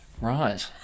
Right